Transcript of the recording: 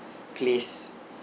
place